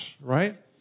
right